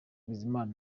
bizimana